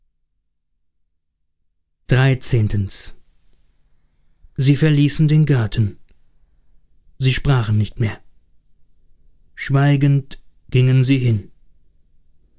sie verließen den garten sie sprachen nicht mehr schweigend gingen sie hin